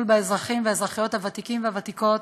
באזרחים והאזרחיות הוותיקים והוותיקות